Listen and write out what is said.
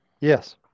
Yes